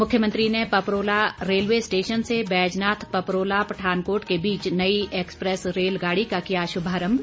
मुख्यमंत्री ने Paprola railway station से बैजनाथ पपरोला पठानकोट के बीच नई एक्सप्रेस रेलगाड़ी का किया शुभारंभ